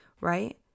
right